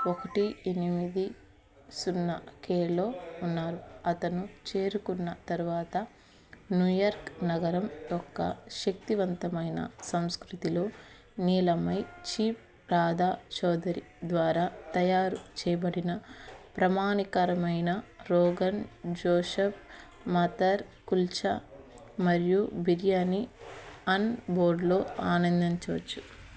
ఒకటి ఎనిమిది సున్నా కెలో ఉన్నారు అతను చేరుకున్న తర్వాత న్యూయార్క్ నగరం యొక్క శక్తివంతమైన సంస్కృతిలో నీలమై చీప్ రాధా చౌదరి ద్వారా తయారు చేయబడిన ప్రామాణికారమైన రోగన్ జోషఫ్ మదర్ కుల్చా మరియు బిర్యానీ ఆన్బోర్డ్లో ఆనందించవచ్చు